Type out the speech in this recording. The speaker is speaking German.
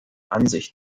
ansicht